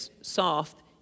soft